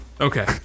Okay